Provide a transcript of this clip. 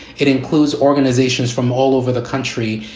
it includes organizations from all over the country.